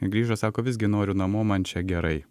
grįžo sako visgi noriu namo man čia gerai